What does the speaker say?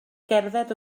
gerdded